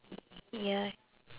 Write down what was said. ya